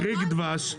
להחריג דבש.